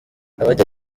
abanya